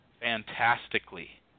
fantastically